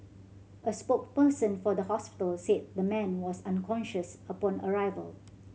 a spokesperson for the hospital said the man was unconscious upon arrival